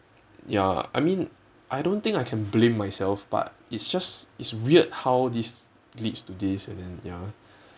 ya I mean I don't think I can blame myself but it's just it's weird how this leads to this and then ya